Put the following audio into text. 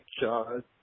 god